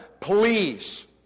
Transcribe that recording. Please